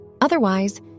Otherwise